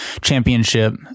championship